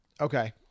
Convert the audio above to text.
Okay